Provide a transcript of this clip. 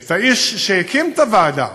את האיש שהקים את הוועדה